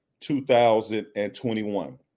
2021